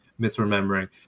misremembering